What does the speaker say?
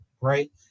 right